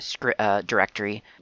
directory